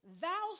Thou